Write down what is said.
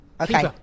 Okay